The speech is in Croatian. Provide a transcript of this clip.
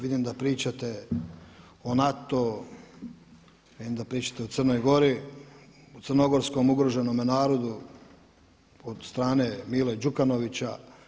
Vidim da pričate od NATO-u, vidim da pričate o Crnoj Gori, o crnogorskom ugroženom narodu od strane Mile Đukanovića.